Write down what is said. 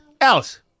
Alice